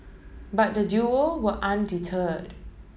but the duo were undeterred